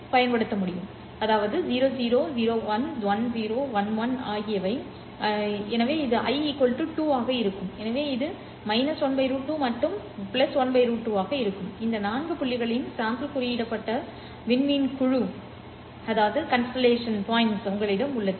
00 01 11 மற்றும் 10 எனவே இது i 2 ஆக இருக்கும் எனவே இது 1 √2 மற்றும் 1 √2 ஆக இருக்கும் இந்த 4 புள்ளிகளின் சாம்பல் குறியிடப்பட்ட விண்மீன் குழு உங்களிடம் உள்ளது சரி